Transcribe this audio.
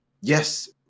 yes